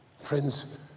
friends